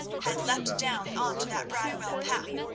had leapt down on to that bradwell path,